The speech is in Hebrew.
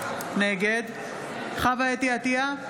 נגד חוה אתי עטייה,